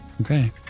Okay